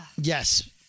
Yes